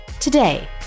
today